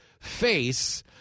face